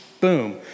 boom